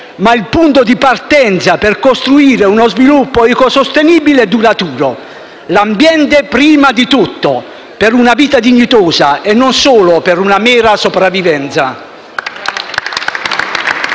ma il punto di partenza per costruire uno sviluppo ecosostenibile e duraturo. L'ambiente prima di tutto; per una vita dignitosa e non solo per una mera sopravvivenza.